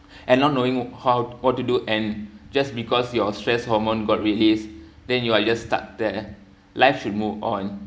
and not knowing how what to do and just because you are stress hormone got released then you are just stuck there life should move on